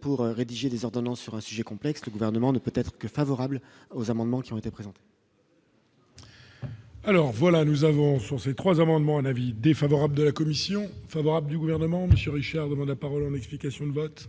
pour rédiger des ordonnances sur un sujet complexe que le gouvernement ne peut être que favorable aux amendements qui ont été présents. Alors voilà, nous avons sont ces 3 amendements, un avis défavorable de la commission favorable du gouvernement, Monsieur Richard, demande la parole, explications de vote.